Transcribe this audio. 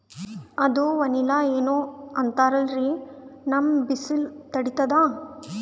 ಅದು ವನಿಲಾ ಏನೋ ಅಂತಾರಲ್ರೀ, ನಮ್ ಬಿಸಿಲ ತಡೀತದಾ?